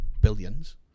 billions